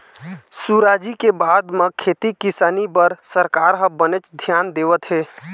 सुराजी के बाद म खेती किसानी बर सरकार ह बनेच धियान देवत हे